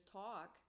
talk